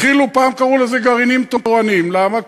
פעם קראו לזה גרעינים תורניים, למה?